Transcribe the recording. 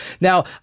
Now